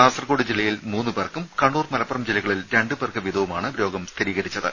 കാസർകോട് ജില്ലയിൽ മൂന്ന് പേർക്കും കണ്ണൂർ മലപ്പുറം ജില്ലകളിൽ രണ്ട് പേർക്ക് വീതവുമാണ് രോഗം സ്ഥിരീകരിച്ചത്